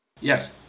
Yes